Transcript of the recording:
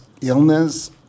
illness